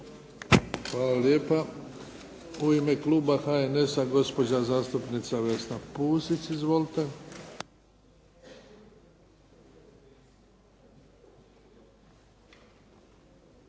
Hvala lijepa. U ime kluba HNS-a, gospođa zastupnica Vesna Pusić. Izvolite.